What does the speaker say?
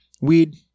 weed